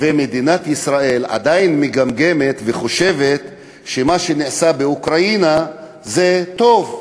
ומדינת ישראל עדיין מגמגמת וחושבת שמה שנעשה באוקראינה זה טוב,